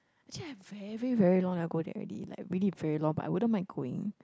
actually I very very long never go there already like really very long but I wouldn't mind going